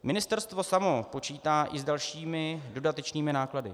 Ministerstvo samo počítá i s dalšími dodatečnými náklady.